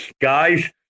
Guys